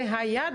זה היעד.